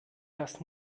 dass